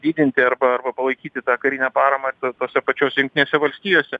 didinti arba arba palaikyti tą karinę paramą to tose pačiose jungtinėse valstijose